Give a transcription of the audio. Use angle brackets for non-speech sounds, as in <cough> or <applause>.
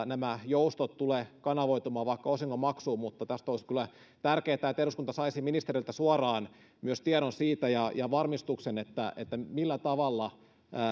<unintelligible> nämä joustot tule kanavoitumaan vaikka osingon maksuun olisi kyllä tärkeää että eduskunta saisi ministeriltä suoraan myös tiedon ja ja varmistuksen siitä millä tavalla